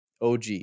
OG